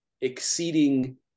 exceeding